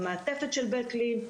המעטפת של בית לין,